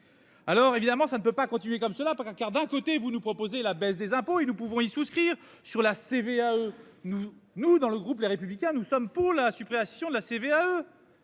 Alors évidemment ça ne peut pas continuer comme cela pour un quart d'un côté vous nous proposez la baisse des impôts et nous pouvons y souscrire sur la CVAE. Nous nous dans le groupe. Les Républicains, nous sommes pour la suppression de la CVAE.